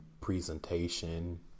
presentation